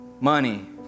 Money